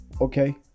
okay